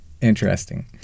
Interesting